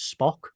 Spock